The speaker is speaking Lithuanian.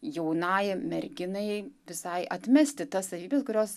jaunai merginai visai atmesti tas savybes kurios